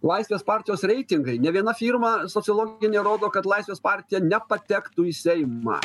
laisvės partijos reitingai ne viena firma sociologinė rodo kad laisvės partija nepatektų į seimą